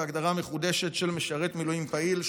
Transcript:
והגדרה מחודשת של משרת מילואים פעיל,